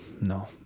no